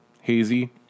hazy